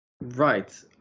right